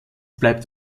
bleibt